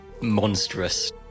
monstrous